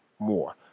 More